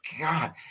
God